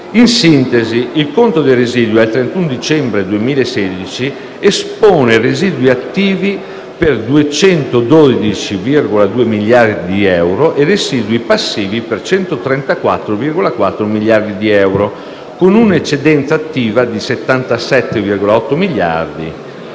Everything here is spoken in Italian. In sintesi, il conto dei residui al 31 dicembre 2016 espone residui attivi per 212,2 miliardi di euro e residui passivi per 134,4 miliardi di euro, con un'eccedenza attiva di 77,8 miliardi di euro.